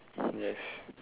yes